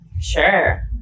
Sure